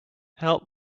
help